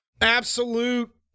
Absolute